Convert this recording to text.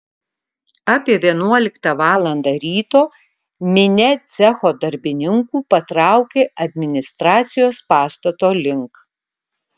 apie vienuoliktą valandą ryto minia cecho darbininkų patraukė administracijos pastato link